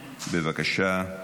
בבקשה,